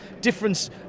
difference